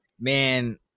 man—